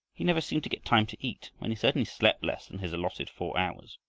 he never seemed to get time to eat, and he certainly slept less than his allotted four hours.